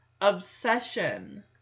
obsession